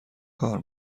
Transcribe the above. کار